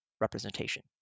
representation